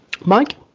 Mike